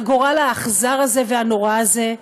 לגורל האכזר הזה והנורא הזה,